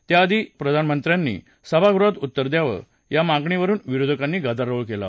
त्याआधी प्रधानमंत्र्यांनी सभागृहात उत्तर द्यावं या मागणीवरुन विरोधकांनी गदारोळ केला